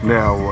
Now